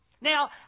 Now